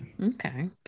okay